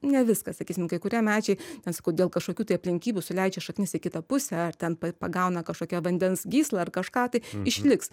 ne viską sakysim kai kurie medžiai ten sakau dėl kažkokių tai aplinkybių suleidžia šaknis į kitą pusę ar ten p pagauna kažkokią vandens gyslą ar kažką tai išliks